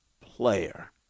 player